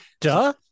Duh